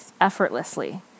effortlessly